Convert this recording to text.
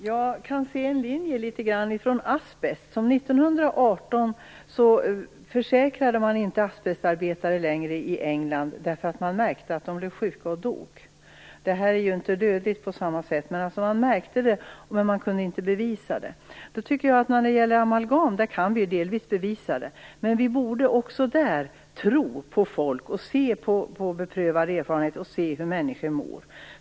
Fru talman! Jag kan se något av en linje från asbetsfrågan. År 1918 försäkrade man inte längre asbetsarbetare i England, därför att man märkte att de blev sjuka och dog. Man märkte det, men man kunde inte bevisa det. Amalgam är ju inte dödligt på samma sätt, och vi kan delvis bevisa verkningarna. Men vi borde också tro på folk, ta hänsyn till beprövad erfarenhet och se hur människor mår.